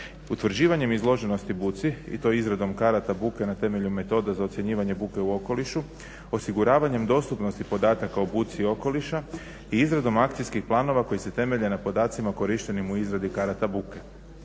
utvrđivanjem izloženosti buci i to izradom karata buke na temelju metoda za ocjenjivanje buke u okolišu, osiguravanjem dostupnosti podataka o buci okoliša i izradom akcijskih planova koji se temelje na podacima korištenim u izradi karata buke.